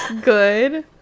good